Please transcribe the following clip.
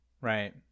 right